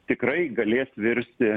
tikrai galės virsti